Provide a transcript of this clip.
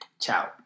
Ciao